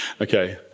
Okay